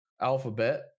Alphabet